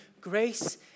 Grace